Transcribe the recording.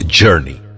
journey